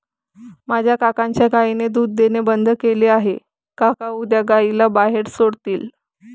माझ्या काकांच्या गायीने दूध देणे बंद केले आहे, काका उद्या गायीला बाहेर सोडतील